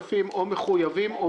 מחויבים.